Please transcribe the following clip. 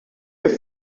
your